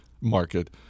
market